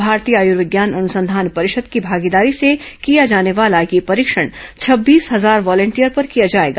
भारतीय आयूर्विज्ञान अनुसंधान परिषद की भागीदारी से किया जाने वाला यह परीक्षण छब्बीस हजार वॉलेंटियर पर किया जाएगा